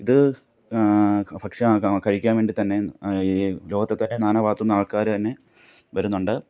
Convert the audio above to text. ഇത് ഭക്ഷണം കഴിക്കാന് വേണ്ടി തന്നെ ഈ ലോകത്തെ തന്നെ നാനാ ഭാഗത്തുനിന്നും ആള്ക്കാർ തന്നെ വരുന്നുണ്ട്